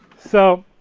so,